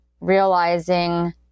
realizing